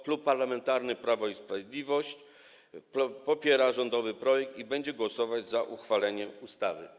Klub Parlamentarny Prawo i Sprawiedliwość popiera rządowy projekt i będzie głosować za uchwaleniem ustawy.